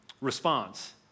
response